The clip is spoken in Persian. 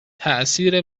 تاثیر